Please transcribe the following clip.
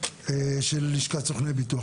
של לשכת סוכני הביטוח.